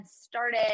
started